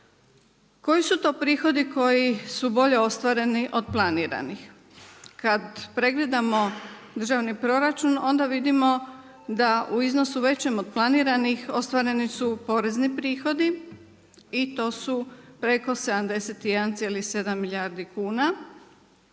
Koji su to prihodi koji su bolje ostvareni od planiranih? Kad pregledamo državni proračun onda vidimo da u iznosu većem od planiranih ostvareni su porezni prihodi i to su preko 71,7 milijardi kuna